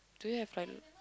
do you have bath